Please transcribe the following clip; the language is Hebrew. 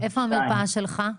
השעה 14:00. איפה נמצאת המרפאה שלך?